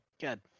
Good